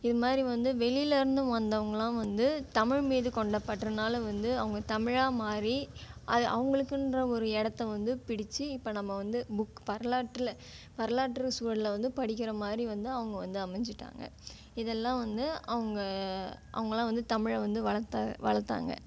இதுமாதிரி வந்து வெளியில் இருந்தும் வந்தவங்களெலாம் வந்து தமிழ்மீது கொண்ட பற்றுனால் வந்து அவங்க தமிழாக மாறி அதை அவங்களுக்குன்ற ஒரு இடத்தை வந்து பிடிச்சு இப்போது நம்ம வந்து புக் வரலாற்றில் வரலாற்று சூழலில் வந்து படிக்கிறமாதிரி வந்து அவங்க வந்து அமைஞ்சிட்டாங்க இதெல்லாம் வந்து அவங்க அவங்கள்லாம் வந்து தமிழை வந்து வளர்த்த வளர்த்தாங்க